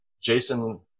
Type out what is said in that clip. jason